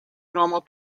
normal